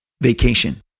Vacation